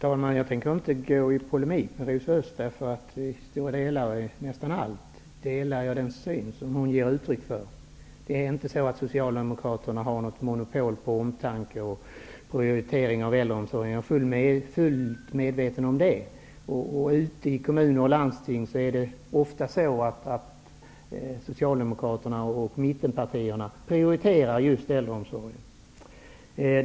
Fru talman! Jag tänker inte gå i polemik med Rosa Östh. I nästan allt delar jag den syn som hon ger uttryck för. Socialdemokraterna har inte något monopol på omtanke och prioritering av äldreomsorgen. Jag är fullt medveten om det. Ute i kommuner och landsting prioriterar ofta Socialdemokraterna och mittenpartierna just äldreomsorgen.